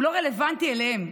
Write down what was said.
הוא לא רלוונטי אליהם,